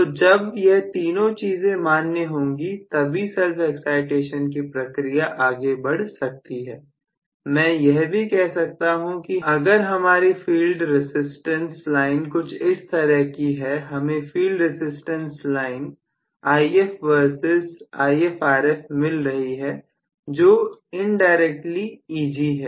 तो जब यह तीनों चीजें मान्य होंगी तभी self excitation की प्रक्रिया आगे बढ़ सकती हैमैं यह भी कह सकता हूं कि अगर हमारी फील्ड रेजिस्टेंस लाइन कुछ इस तरह की है हमें field resistance line If versus IfRf मिल रही हैजो इनडायरेक्टली Eg है